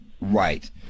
right